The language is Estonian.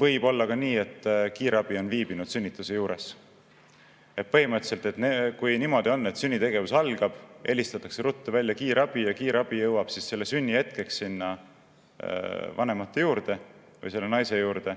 Võib olla ka nii, et kiirabi on viibinud sünnituse juures. Põhimõtteliselt, kui niimoodi on, et sünnitegevus algab, helistatakse ruttu välja kiirabi ja kiirabi jõuab sünnihetkeks vanemate juurde või selle naise juurde